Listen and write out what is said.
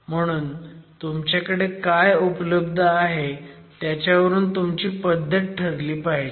म्हणून तुमच्याकडे काय उपलब्ध आहे त्याच्यावर तुमची पद्धत ठरली पाहिजे